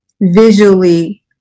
visually